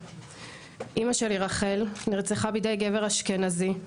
אמא שלי רחל נרצחה בידי גבר אשכנזי,